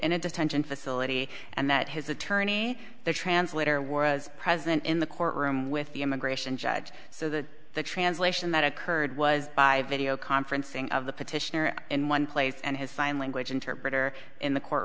in a detention facility and that his attorney the translator was present in the courtroom with the immigration judge so that the translation that occurred was by video conferencing of the petitioner in one place and his sign language interpreter in the court